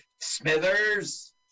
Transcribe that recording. Smithers